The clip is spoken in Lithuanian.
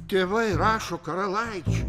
tėvai rašo karalaičiui